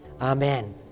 Amen